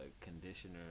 conditioner